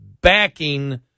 backing